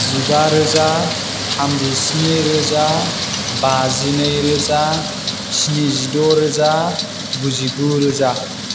जिबा रोजा थामजिस्नि रोजा बाजिनै रोजा स्निजिद' रोजा गुजिगु रोजा